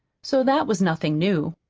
so that was nothing new.